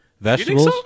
Vegetables